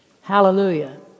Hallelujah